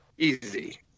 easy